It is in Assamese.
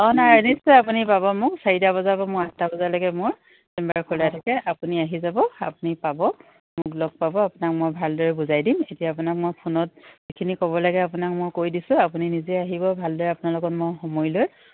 অঁ নাই নিশ্চয় আপুনি পাব মোক চাৰিটা বজাৰ পৰা মোৰ আঠটা বজালৈকে মোৰ চেম্বাৰ খোলা থাকে আপুনি আহি যাব আপুনি পাব মোক লগ পাব আপোনাক মই ভালদৰে বুজাই দিম এতিয়া আপোনাক মই ফোনত যিখিনি ক'ব লাগে আপোনাক মই কৈ দিছোঁ আপুনি নিজে আহিব ভালদৰে আপোনাৰ লগত মই সময় লৈ